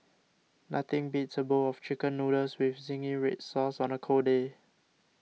nothing beats a bowl of Chicken Noodles with Zingy Red Sauce on a cold day